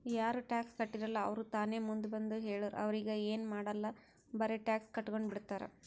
ಯಾರು ಟ್ಯಾಕ್ಸ್ ಕಟ್ಟಿರಲ್ಲ ಅವ್ರು ತಾನೇ ಮುಂದ್ ಬಂದು ಹೇಳುರ್ ಅವ್ರಿಗ ಎನ್ ಮಾಡಾಲ್ ಬರೆ ಟ್ಯಾಕ್ಸ್ ಕಟ್ಗೊಂಡು ಬಿಡ್ತಾರ್